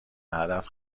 هدف